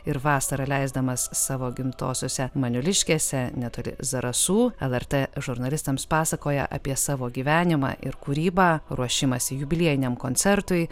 ir vasarą leisdamas savo gimtosiose maniuliškėse netoli zarasų lrt žurnalistams pasakoja apie savo gyvenimą ir kūrybą ruošimąsi jubiliejiniam koncertui